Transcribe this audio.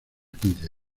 quince